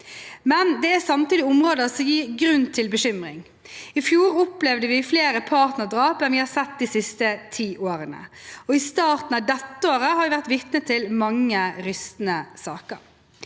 gang. Det er samtidig områder som gir grunn til bekymring. I fjor opplevde vi flere partnerdrap enn vi har sett de siste ti årene, og i starten av dette året har vi vært vitne til mange rystende saker.